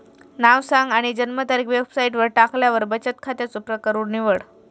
नाव सांग आणि जन्मतारीख वेबसाईटवर टाकल्यार बचन खात्याचो प्रकर निवड